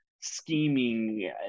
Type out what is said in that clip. scheming